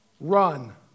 Run